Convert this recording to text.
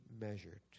measured